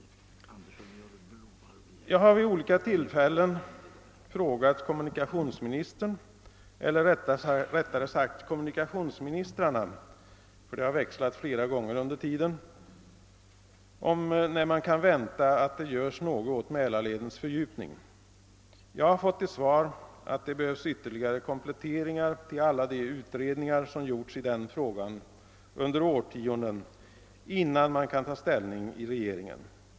Jag har vid olika tillfällen frågat kommunikationsministern — eller rättare sagt kommunikationsministrarna, eftersom de har växlat flera gånger under tiden — om när man kan vänta att det skall göras något åt Mälarledens fördjupning. Jag har fått till svar, att det behövs ytterligare kompletteringar till alla de utredningar som gjorts i den frågan under årtionden, innan man kan ta ställning i regeringen.